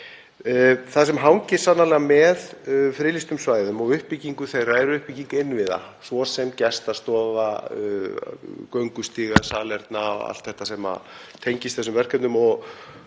Það sem hangir sannarlega með friðlýstum svæðum og uppbyggingu þeirra er uppbygging innviða, svo sem gestastofa, göngustíga, salerna og allt þetta sem tengist þessum verkefnum.